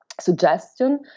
suggestion